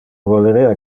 volerea